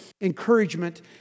encouragement